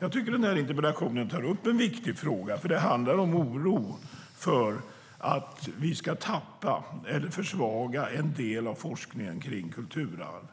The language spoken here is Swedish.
Jag tycker att interpellationen tar upp en viktig fråga, för det handlar om oro för att vi ska tappa eller försvaga en del av forskningen kring kulturarv,